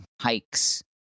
hikes